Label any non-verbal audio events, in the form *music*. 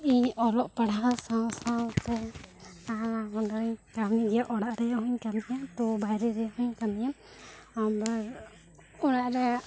ᱤᱧ ᱚᱞᱚᱜ ᱯᱟᱲᱦᱟᱣ ᱥᱟᱶ ᱥᱟᱶ ᱛᱮ *unintelligible* ᱠᱟᱹᱢᱤ ᱤᱭᱟᱹ ᱚᱲᱟᱜ ᱨᱮ ᱦᱚᱹᱧ ᱤᱧ ᱠᱟᱹᱢᱤ ᱜᱮᱭᱟ ᱛᱚ ᱵᱟᱭᱨᱮ ᱨᱮᱦᱚᱹᱧ ᱠᱟᱹᱢᱤᱭᱟ ᱟᱵᱟᱨ ᱚᱲᱟᱜ ᱨᱮ